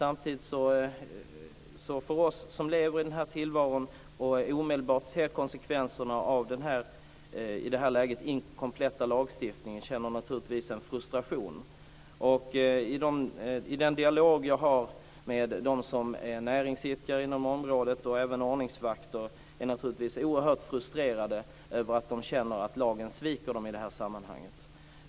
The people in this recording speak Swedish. Vi som lever i den här tillvaron och omedelbart ser konsekvenserna av den i det här läget icke kompletta lagstiftningen känner samtidigt en frustration. I den dialog jag har med dem som är näringsidkare inom området och även ordningsvakter är de naturligtvis oerhört frustrerande när de känner att lagen sviker dem i det här sammanhanget.